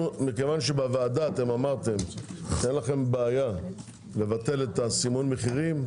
כיוון שבוועדה אמרתם שאין לכם בעיה לבטל את סימון המחירים,